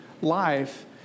life